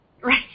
Right